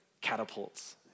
catapults